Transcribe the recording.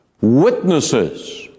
witnesses